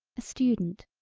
a student,